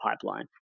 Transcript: pipeline